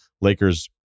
Lakers